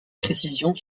précisions